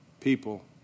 people